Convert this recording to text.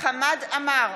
חמד עמאר,